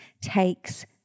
takes